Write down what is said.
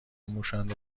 موشاند